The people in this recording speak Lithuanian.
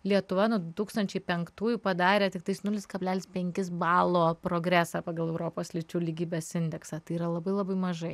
lietuva nuo du tūkstančiai penktųjų padarė tiktais nulis kablelis penkis balo progresą pagal europos lyčių lygybės indeksą tai yra labai labai mažai